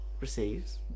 receives